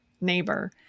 neighbor